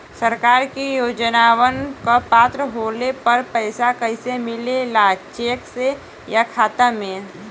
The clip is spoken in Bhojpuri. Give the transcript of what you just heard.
सरकार के योजनावन क पात्र होले पर पैसा कइसे मिले ला चेक से या खाता मे?